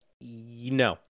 No